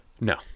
No